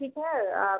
ठीक है आप